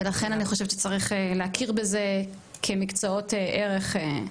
ולכן אני חושבת שצריך להכיר בזה כמקצועות ערך.